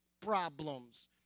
problems